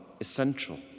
essential